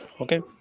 okay